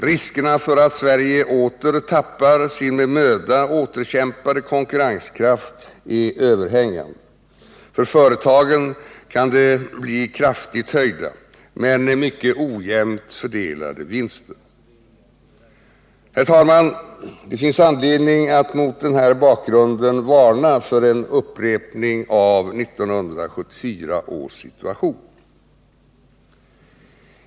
Riskerna för att Sverige än en gång tappar sin med möda återkämpade konkurrenskraft är överhängande. För företagen kan det bli kraftigt höjda, men mycket ojämnt fördelade, vinster. Herr talman! Det finns anledning att mot den här bakgrunden varna för en upprepning av 1974 års situation.